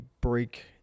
break